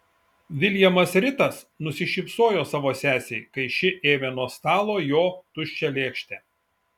viljamas ritas nusišypsojo savo sesei kai ši ėmė nuo stalo jo tuščią lėkštę